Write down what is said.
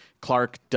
Clark